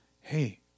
hey